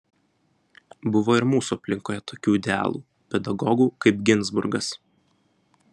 buvo ir mūsų aplinkoje tokių idealų pedagogų kaip ginzburgas